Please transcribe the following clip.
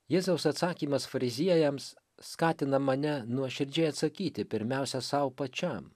jėzaus atsakymas fariziejams skatina mane nuoširdžiai atsakyti pirmiausia sau pačiam